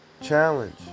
challenge